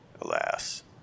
Alas